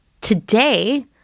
Today